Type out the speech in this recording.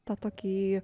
tą tokį